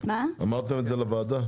אמרתם את זה לוועדה?